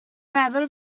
meddwl